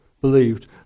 believed